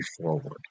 forward